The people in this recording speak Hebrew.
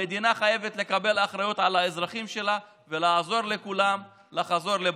המדינה חייבת לקבל אחריות על האזרחים שלה ולעזור לכולם לחזור לבתיהם.